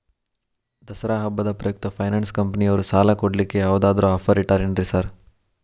ದಸರಾ ಹಬ್ಬದ ಪ್ರಯುಕ್ತ ಫೈನಾನ್ಸ್ ಕಂಪನಿಯವ್ರು ಸಾಲ ಕೊಡ್ಲಿಕ್ಕೆ ಯಾವದಾದ್ರು ಆಫರ್ ಇಟ್ಟಾರೆನ್ರಿ ಸಾರ್?